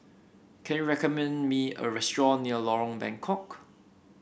can you recommend me a restaurant near Lorong Bengkok